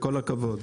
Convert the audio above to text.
וכל הכבוד.